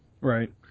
Right